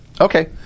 Okay